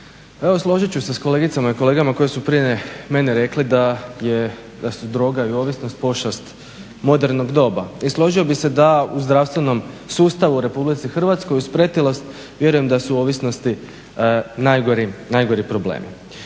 evo složit ću se s kolegicama i kolegama koji su prije mene rekli da su droga i ovisnost pošast modernog doba i složio bih se da u zdravstvenom sustavu u RH uz pretilost vjerujem da su ovisnosti najgori problemi.